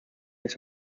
his